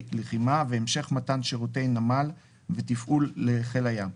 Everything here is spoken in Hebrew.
לחימה והמשך מתן שירותי נמל ותפעול לחיל הים,